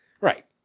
Right